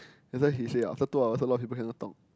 that's why usually after two hours a lot of people cannot talk